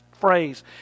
phrase